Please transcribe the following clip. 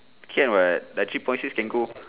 can [what] like three point six can go